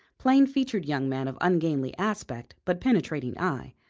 plain-featured young man of ungainly aspect but penetrating eye,